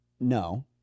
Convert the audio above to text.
no